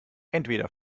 entweder